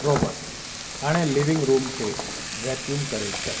robot हाणे living room खे vacuum करे छॾि